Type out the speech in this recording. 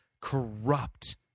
corrupt